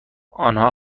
آنها